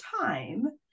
time